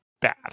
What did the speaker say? bad